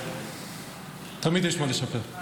תמיד יש מה לשפר.